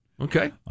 Okay